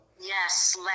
Yes